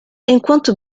enquanto